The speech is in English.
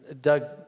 Doug